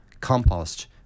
compost